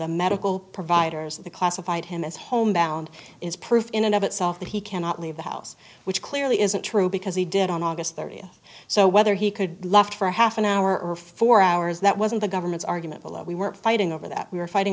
the medical providers the classified him as homebound is proof in and of itself that he cannot leave the house which clearly isn't true because he did on august thirtieth so whether he could left for half an hour or four hours that wasn't the government's argument below we were fighting over that we were fighting